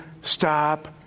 stop